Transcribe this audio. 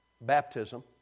baptism